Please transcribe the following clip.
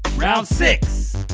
round six!